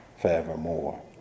forevermore